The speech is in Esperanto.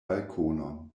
balkonon